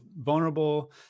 vulnerable